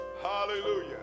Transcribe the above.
Hallelujah